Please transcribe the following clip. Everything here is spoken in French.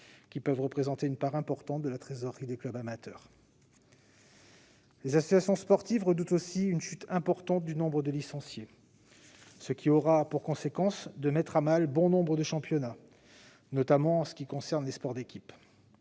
qui peuvent représenter une part importante de la trésorerie des clubs amateurs. Les associations sportives redoutent également une chute importante du nombre de licenciés, ce qui aurait pour conséquence de mettre à mal bon nombre de championnats, notamment pour les sports d'équipe.